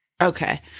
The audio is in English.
Okay